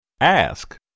Ask